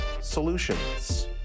solutions